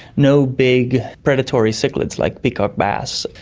no big predatory cichlids like peacock bass,